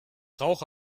rauche